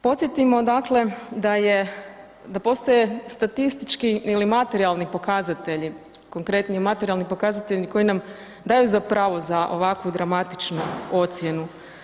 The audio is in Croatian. Podsjetimo dakle da je, da postoje statistički ili materijalni pokazatelji, konkretni materijalni pokazatelji koji nam daju za pravo za ovakvu dramatičnu ocjenu.